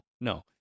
no